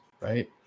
right